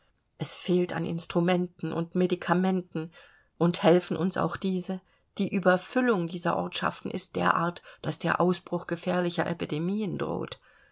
es fehlt an instrumenten und medikamenten und hälfen uns auch diese die überfüllung dieser ortschaften ist derart daß der ausbruch gefährlicher epidemien droht